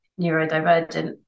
neurodivergent